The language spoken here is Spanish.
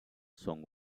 son